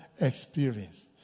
experience